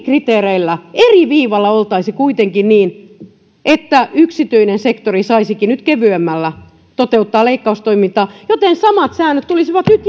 kriteereillä eri viivalla oltaisiin kuitenkin niin että yksityinen sektori saisikin nyt kevyemmällä toteuttaa leikkaustoimintaa joten samat säännöt tulisivat nyt